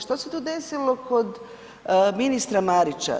Što se to desilo kod ministra Marića?